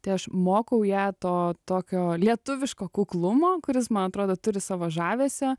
tai aš mokau ją to tokio lietuviško kuklumo kuris man atrodo turi savo žavesio